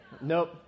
Nope